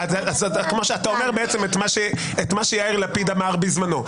אתה אומר את מה שיאיר לפיד אמר בזמנו.